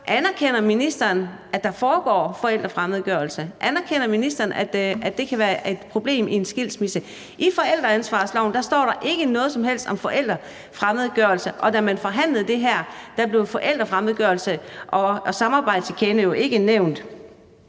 Anerkender ministeren, at der foregår forældrefremmedgørelse? Anerkender ministeren, at det kan være et problem i en skilsmisse? I forældreansvarsloven står der ikke noget som helst om forældrefremmedgørelse, og da man forhandlede det her, blev forældrefremmedgørelse og samarbejdschikane jo ikke nævnt.